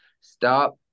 stop